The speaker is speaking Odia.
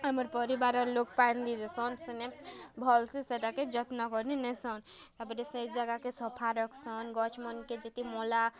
ଆମର୍ ପରିବାର୍ ର ଲୋକ୍ ପାଏନ୍ ଦେଇଦେସନ୍ ସେନେ ଭଲ୍ସେ ସେତାକେ ଯତ୍ନ କରିନେସନ୍ ତା'ର୍ପରେ ସେ ଜାଗାକେ ସଫା ରଖ୍ସନ୍ ଗଛ୍ ମାନ୍କେ ଯେତେ ମଏଲା